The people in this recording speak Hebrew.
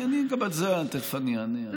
אני גם על זה תכף אענה.